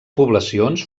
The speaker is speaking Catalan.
poblacions